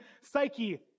psyche